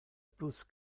plus